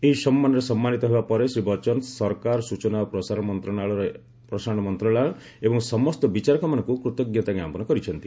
ଏହି ସମ୍ମାନରେ ସମ୍ମାନୀତ ହେବା ପରେ ଶ୍ରୀ ବଚ୍ଚନ ସରକାର ସ୍ନୁଚନା ଓ ପ୍ରସାରଣମନ୍ତ୍ରଣାଳୟ ଏବଂ ସମସ୍ତ ବିଚାରକମାନଙ୍କୁ କୃତଜ୍ଞତା ଜ୍ଞାପନ କରିଛନ୍ତି